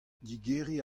digeriñ